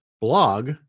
blog